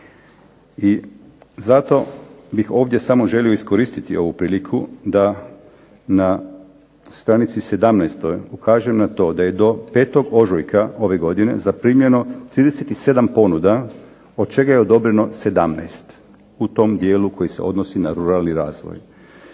I zato bih ovdje samo želio iskoristiti ovu priliku da na stranici 17. ukaže na to da je do 5. ožujka ove godine zaprimljeno 37 ponuda od čega je odobreno 17 u tom dijelu koji se odnosi na ruralni razvoj.